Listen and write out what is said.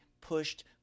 pushed